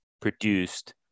produced